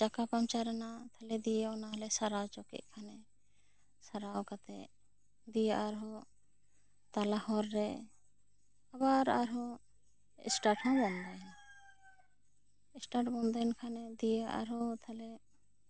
ᱪᱟᱠᱟ ᱯᱟᱧᱪᱟᱨ ᱮᱱᱟ ᱛᱟᱦᱚᱞᱮ ᱫᱤᱭᱮ ᱚᱱᱟ ᱞᱮ ᱥᱟᱛᱟᱣ ᱚᱪᱚ ᱠᱮᱫ ᱠᱷᱟᱱᱮ ᱥᱟᱨᱟᱣ ᱠᱟᱛᱮᱜ ᱫᱤᱭᱮ ᱟᱨ ᱦᱚᱸ ᱛᱟᱞᱟ ᱦᱚᱨ ᱨᱮ ᱟᱵᱟᱨ ᱟᱨᱦᱚᱸ ᱥᱴᱟᱨᱴ ᱦᱚᱸ ᱵᱚᱱᱫᱚ ᱮᱱᱟ ᱥᱴᱟᱨᱴ ᱵᱚᱱᱫᱚ ᱮᱱ ᱠᱷᱟᱱᱮ ᱫᱤᱭᱮ ᱟᱨ ᱦᱚᱸ ᱛᱟᱦᱚᱞᱮ